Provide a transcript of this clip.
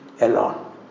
alone